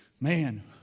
man